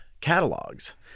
catalogs